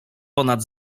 ponad